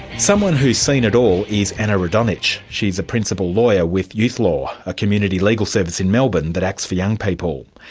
someone who's seen it all is anna radonic. she's a principal lawyer with youth law, a community legal service in melbourne that acts for young people.